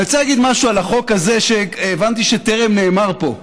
אני רוצה להגיד משהו על החוק הזה שהבנתי שטרם נאמר פה: